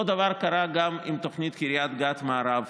אותו דבר קרה גם עם תוכנית קריית גת מערב.